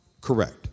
Correct